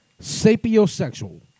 sapiosexual